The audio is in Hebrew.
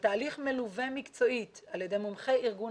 התהליך מלווה מקצועית על ידי מומחי ארגון